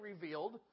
revealed